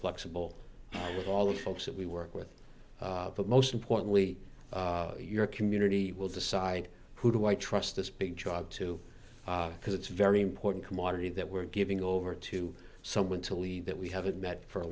flexible with all the folks that we work with but most importantly your community will decide who do i trust this big job to because it's very important commodity that we're giving over to someone to leave that we haven't met for a